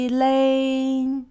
lane